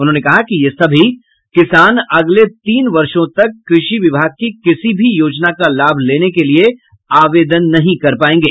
उन्होंने कहा कि ये सभी किसान अगले तीन वर्षों तक कृषि विभाग की किसी भी योजना का लाभ लेने के लिये आवेदन नहीं कर पायेंगे